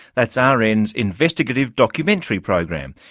that's ah rn's investigative documentary program.